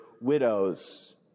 widows